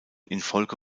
infolge